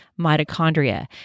mitochondria